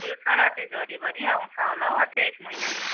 त्यो सराते झरिभरि आउँछ होला हौ अझै एक महिना